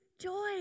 joy